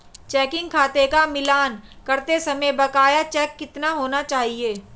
Checking खाते का मिलान करते समय बकाया चेक कितने होने चाहिए?